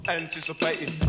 anticipating